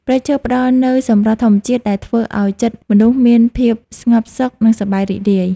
ព្រៃឈើផ្តល់នូវសម្រស់ធម្មជាតិដែលធ្វើឱ្យចិត្តមនុស្សមានភាពស្ងប់សុខ និងសប្បាយរីករាយ។